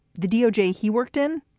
the doj he worked in,